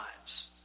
lives